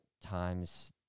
times